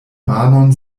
manon